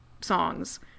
songs